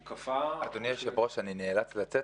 אדוני היושב ראש, ברשותך, אני נאלץ לצאת.